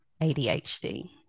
ADHD